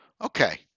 Okay